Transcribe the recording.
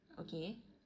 okay